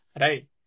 right